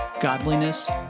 godliness